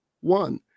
one